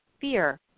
fear